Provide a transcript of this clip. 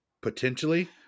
potentially